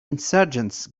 insurgents